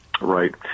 Right